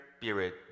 spirit